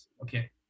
okay